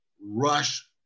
rush